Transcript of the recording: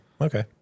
Okay